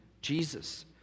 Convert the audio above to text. Jesus